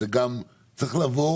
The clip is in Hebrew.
צריך לבוא